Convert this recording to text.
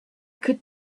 could